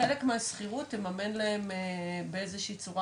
כחלק מהשכירות תממן להם באיזו שהיא צורה,